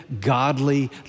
godly